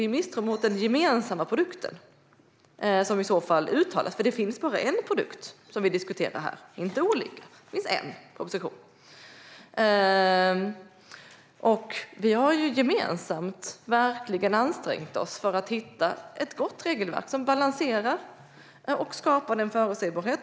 Det är misstro mot den gemensamma produkten som i så fall uttalas. Det finns bara en produkt som vi diskuterar här och inte olika produkter. Det finns en proposition. Vi har gemensamt ansträngt oss för att hitta ett gott regelverk som balanserar och skapar en förutsägbarhet.